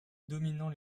dominant